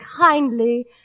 kindly